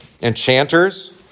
Enchanters